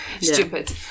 stupid